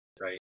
Right